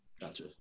gotcha